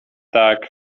tak